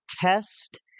test